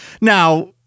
now